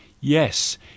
Yes